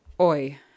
Oi